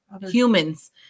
humans